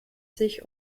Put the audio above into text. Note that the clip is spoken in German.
sich